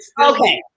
okay